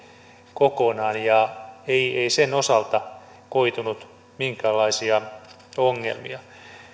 kokonaan ja ei ei sen osalta koitunut minkäänlaisia ongelmia